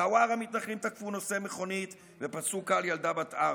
בחווארה מתנחלים תקפו נוסעי מכונית ופצעו קל ילדה בת ארבע.